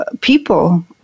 people